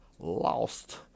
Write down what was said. lost